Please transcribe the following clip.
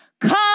come